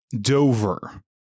Dover